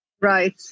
Right